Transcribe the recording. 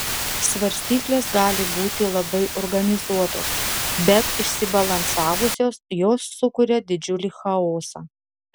svarstyklės gali būti labai organizuotos bet išsibalansavusios jos sukuria didžiulį chaosą